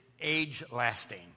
age-lasting